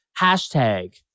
hashtag